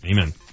Amen